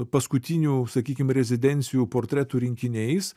paskutinių sakykim rezidencijų portretų rinkiniais